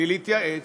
בלי להתייעץ,